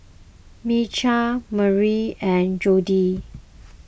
Micah Maria and Jodie